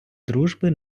дружби